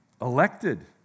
elected